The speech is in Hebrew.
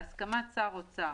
בהסכמת שר האוצר,